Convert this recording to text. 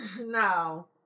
No